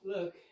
Look